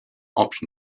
option